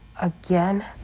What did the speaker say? Again